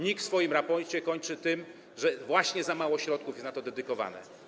NIK swój raport kończy tym, że właśnie za mało środków jest na to dedykowane.